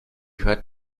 hört